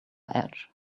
edge